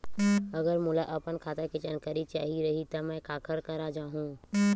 अगर मोला अपन खाता के जानकारी चाही रहि त मैं काखर करा जाहु?